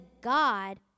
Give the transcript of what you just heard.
God